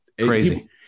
Crazy